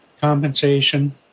compensation